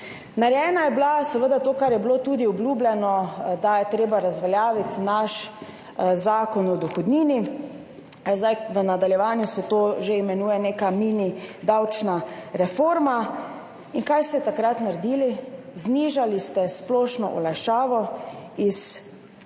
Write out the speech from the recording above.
Narejeno je bilo seveda to, kar je bilo tudi obljubljeno, da je treba razveljaviti naš zakon o dohodnini, zdaj v nadaljevanju se to že imenuje neka mini davčna reforma. Kaj ste takrat naredili? Znižali ste splošno olajšavo iz 7